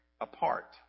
apart